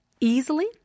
easily